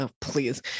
please